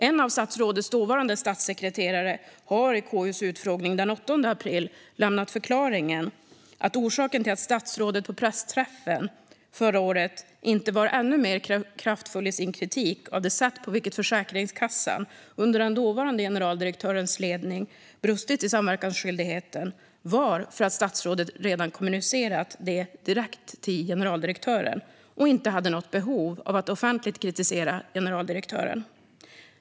En av statsrådets dåvarande statssekreterare lämnade i KU:s utfrågning den 8 april förklaringen att orsaken till att statsrådet på pressträffen förra året inte var ännu mer kraftfull i sin kritik av det sätt på vilket Försäkringskassan brustit i samverkansskyldigheten under den dåvarande generaldirektörens ledning var att statsrådet redan kommunicerat detta direkt till generaldirektören och inte hade något behov av att kritisera generaldirektören offentligt.